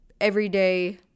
everyday